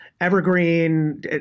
Evergreen